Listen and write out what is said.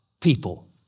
people